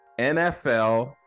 NFL